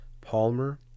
Palmer